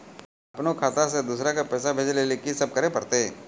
अपनो खाता से दूसरा के पैसा भेजै लेली की सब करे परतै?